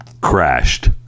crashed